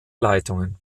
leitungen